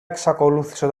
εξακολούθησε